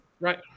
right